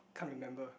can't remember